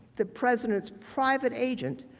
the president's private agent,